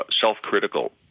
self-critical